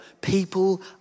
people